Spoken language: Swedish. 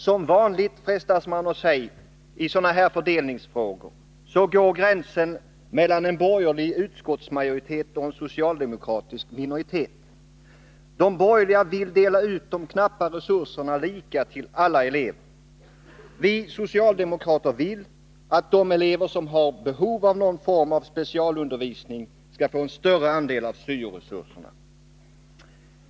Som vanligt, frestas man säga, i sådana här fördelningsfrågor går gränsen mellan en borgerlig utskottsmajoritet och en socialdemokratisk minoritet. De borgerliga vill dela ut de knappa resurserna lika till alla elever. Vi socialdemokrater vill att de elever som har behov av någon form av specialundervisning skall få en större del av syo-resurserna.